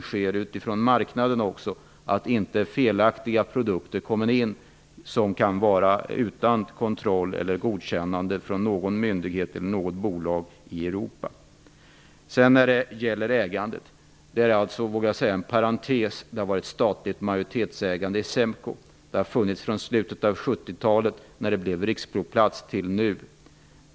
Man skall se till att det inte kommer in felaktiga produkter -- produkter som inte har blivit kontrollerade eller godkända av någon myndighet eller något bolag i Europa. Jag vågar säga att det statliga ägandet är en parentes. Det har varit ett statligt majoritetsägande i SEMKO. Så har det varit sedan slutet av 70-talet, när företaget blev riksprovplats, fram till nu.